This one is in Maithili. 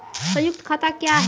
संयुक्त खाता क्या हैं?